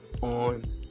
on